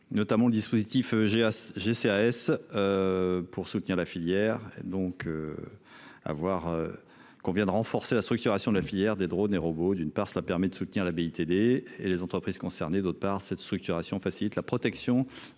notamment le dispositif. J'ai j'ai AS. Pour soutenir la filière donc. À voir. Qu'on vient de renforcer la structuration de la filière des drônes et robots d'une part, cela permet de soutenir la BITD et les entreprises concernées. D'autre part, cette structuration facilite la protection